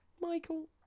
Michael